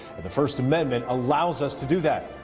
the first amendment allows us to do that.